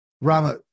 Rama